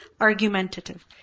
argumentative